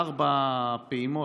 לארבע פעימות,